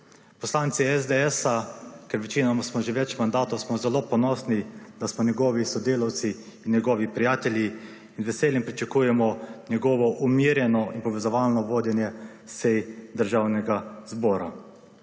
Poslanci SDS, ker večinoma smo že več mandatov, smo zelo ponosni, da smo njegovi sodelavci in njegovi prijatelji in z veseljem pričakujemo njegovo umirjeno in povezovalno vodenje sej Državnega zbora.